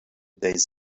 days